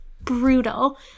brutal